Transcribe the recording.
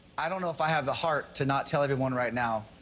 i don't know if i have the heart to not tell everyone right now.